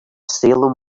salem